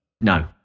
No